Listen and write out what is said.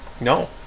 No